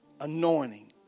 Anointing